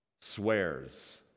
swears